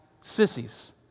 sissies